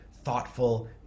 thoughtful